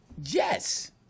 yes